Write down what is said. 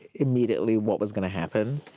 immediately what was going to happen,